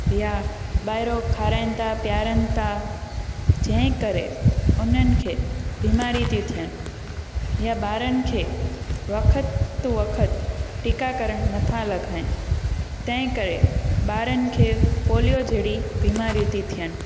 या ॿाहिरो खाराइनि था पीआरनि था जंहिं करे उन्हनि खे बीमारी थी थियनि या ॿारनि खे वक़्तु वक़्तु टीका करण नथा लॻाइनि तंहिं करे ॿारनि खे पोलियो जहिड़ी बीमारियूं थी थियनि